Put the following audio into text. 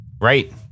right